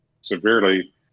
severely